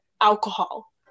alcohol